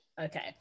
okay